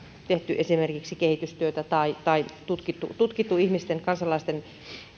tehty esimerkiksi kehitystyötä tai tai tutkittu tutkittu kansalaisten